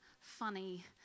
funny